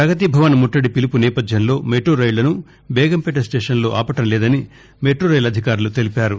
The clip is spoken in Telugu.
పగతి భవన్ ముట్టడి పిలుపు నేపథ్యంలో మెట్రో రైళ్లను బేగంపేట స్లేషన్లో ఆపటం లేదని మొటై అధికారులు తెలిపారు